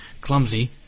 clumsy